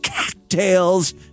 cocktails